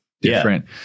different